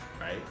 right